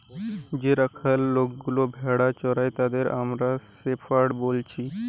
যে রাখাল লোকগুলা ভেড়া চোরাই তাদের আমরা শেপার্ড বলছি